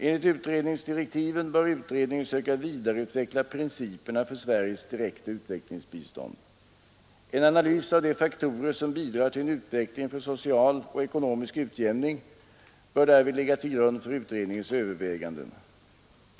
”Enligt utredningsdirektiven bör utredningen söka vidareutveckla principerna för Sveriges direkta utvecklingsbistånd. En analys av de faktorer som bidrar till en utveckling för social och ekonomisk utjämning bör därvid ligga till grund för utredningens överväganden.